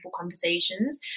conversations